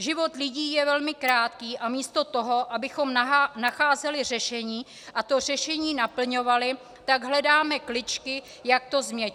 Život lidí je velmi krátký a místo toho, abychom nacházeli řešení a to řešení naplňovali, tak hledáme kličky, jak to změkčit.